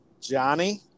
Johnny